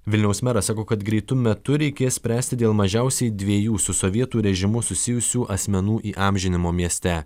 vilniaus meras sako kad greitu metu reikės spręsti dėl mažiausiai dviejų su sovietų režimu susijusių asmenų įamžinimo mieste